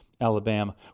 Alabama